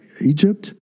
Egypt